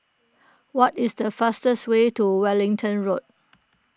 what is the fastest way to Wellington Road